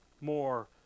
more